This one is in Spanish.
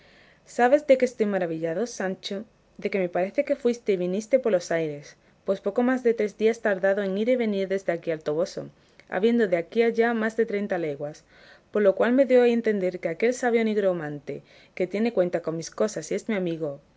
sabes de qué estoy maravillado sancho de que me parece que fuiste y veniste por los aires pues poco más de tres días has tardado en ir y venir desde aquí al toboso habiendo de aquí allá más de treinta leguas por lo cual me doy a entender que aquel sabio nigromante que tiene cuenta con mis cosas y es mi amigo